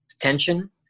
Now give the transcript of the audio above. tension